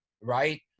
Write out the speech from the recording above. right